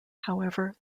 however